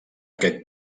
aquest